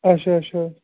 اَچھا اَچھا